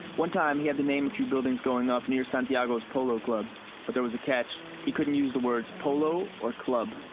one time, he had to name a few buildings going up near santiago's polo club but there was catch he couldn't use the words polo or club.